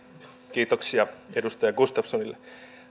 kiitoksia edustaja gustafssonille